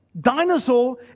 dinosaur